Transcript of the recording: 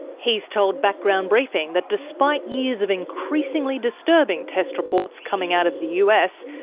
he's told background briefing that despite years of increasingly disturbing test reports coming out of the us,